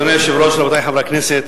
אדוני היושב-ראש, רבותי חברי הכנסת,